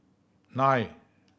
nine